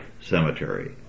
Cemetery